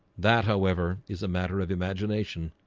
that however is a matter of imagination.